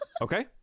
Okay